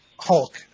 Hulk